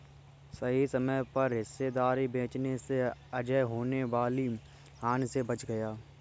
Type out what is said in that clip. सही समय पर हिस्सेदारी बेचने से अजय होने वाली हानि से बच गया